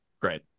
Great